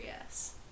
yes